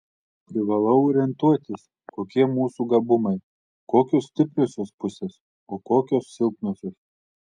privalau orientuotis kokie mūsų gabumai kokios stipriosios pusės o kokios silpnosios